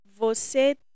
Você